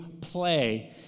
play